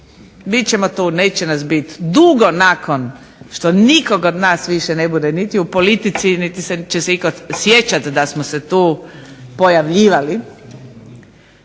ćemo tu, neće nas biti, dugo nakon što nikog od nas više ne bude niti u politici niti će se itko sjećati da smo se tu pojavljivali,